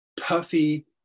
puffy